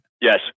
Yes